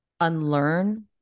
unlearn